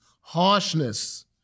harshness